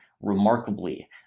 remarkably